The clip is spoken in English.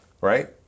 right